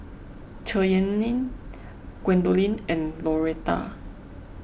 Cheyenne Gwendolyn and Loretta